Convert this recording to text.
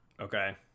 Okay